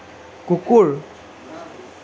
কুকুৰ